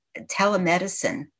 telemedicine